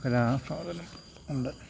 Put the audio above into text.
കലാസ്വാദനം ഉണ്ട്